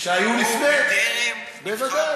שהיו טרם נבחר